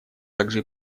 также